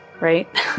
Right